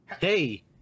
Hey